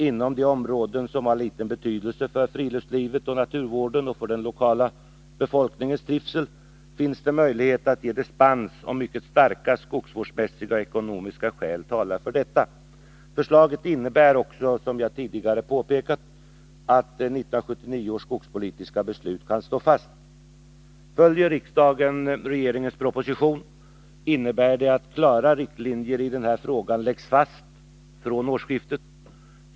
Inom de områden som har liten betydelse för friluftslivet och naturvården och för den lokala befolkningens trivsel finns det möjlighet att ge dispens om mycket starka skogsvårdsmässiga och ekonomiska skäl talar för detta. Förslaget innebär också, som jag tidigare har påpekat, att 1979 års skogspolitiska beslut kan stå fast. Följer riksdagen regeringens proposition innebär det att klara riktlinjer i denna fråga läggs fast från årsskiftet.